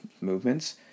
movements